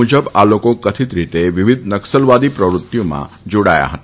મુજબ આ લોકો કથિત રીતે વિવિધ નક્સલવાદી પ્રવૃત્તિમાં જાડાયા હતા